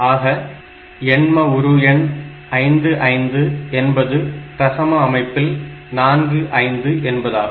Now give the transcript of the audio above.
ஆக எண்ம உரு எண் 55 என்பது தசம அமைப்பில் 45 என்பதாகும்